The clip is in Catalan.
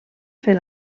fer